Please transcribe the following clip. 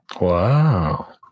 Wow